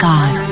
God